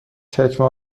چکمه